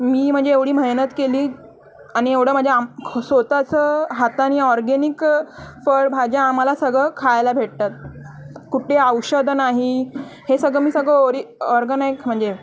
मी म्हणजे एवढी मेहनत केली आणि एवढं माझ्या आम स्वत चं हातानी ऑर्गेनिक फळ भाज्या आम्हाला सगळं खायला भेटतात कुठली औषध नाही हे सगळं मी सगळं ओरि ऑर्गनाईक म्हणजे